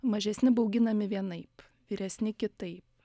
mažesni bauginami vienaip vyresni kitaip